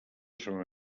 segona